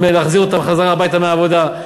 להחזיר אותן חזרה הביתה מהעבודה.